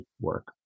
work